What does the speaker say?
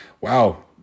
Wow